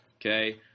Okay